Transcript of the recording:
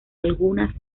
algunas